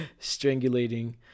strangulating